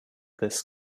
this